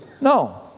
No